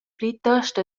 plitost